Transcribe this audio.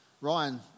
Ryan